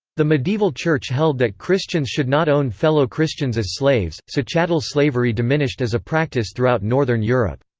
the medieval church held that christians should not own fellow christians as slaves, so chattel slavery diminished as a practice throughout northern europe.